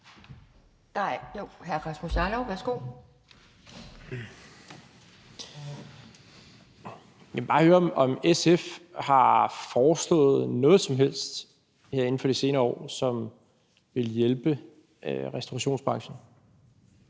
Kl. 12:30 Rasmus Jarlov (KF): Jeg vil bare høre, om SF har foreslået noget som helst her inden for de senere år, som vil hjælpe restaurationsbranchen.